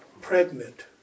pregnant